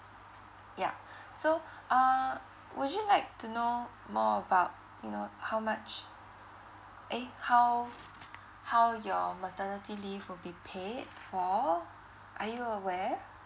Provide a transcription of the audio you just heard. yeah so uh would you like to know more about you know how much eh how how your maternity leave will be paid for are you aware